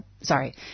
Sorry